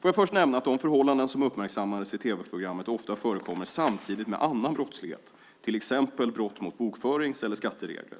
Får jag först nämna att de förhållanden som uppmärksammades i tv-programmet ofta förekommer samtidigt med annan brottslighet, till exempel brott mot bokförings eller skatteregler.